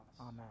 Amen